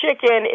chicken